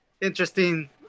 interesting